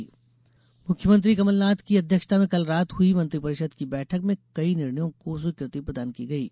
मंत्रिपरिषद निर्णय मुख्यमंत्री कमल नाथ की अध्यक्षता में कल रात हुई मंत्रि परिषद की बैठक में कई निर्णयों को स्वीकृति प्रदान की गई हैं